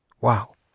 Wow